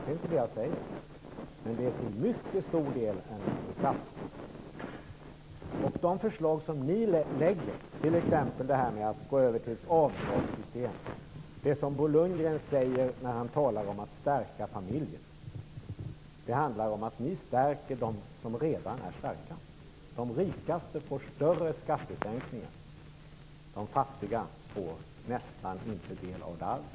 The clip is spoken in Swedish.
Jag säger inte att det inte är så, men det är till mycket stor del en klassfråga. De förslag som ni lägger fram t.ex. om att gå över till ett avdragssystem - det Bo Lundgren säger när han talar om att stärka familjen - handlar om att stärka dem som redan är starka. De rikaste får större skattesänkningar. De fattiga får nästan inte del av det alls.